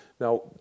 Now